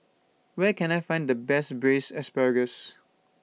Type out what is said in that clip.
Where Can I Find The Best Braised Asparagus